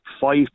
five